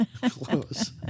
Close